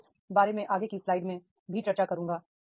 मैं इस बारे में आगे की स्लाइड में भी चर्चा करूंगा